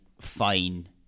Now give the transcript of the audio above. fine